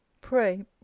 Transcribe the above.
pray